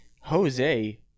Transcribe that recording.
jose